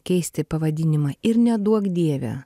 keisti pavadinimą ir neduok dieve